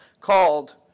called